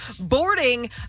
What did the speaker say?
boarding